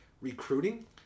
Recruiting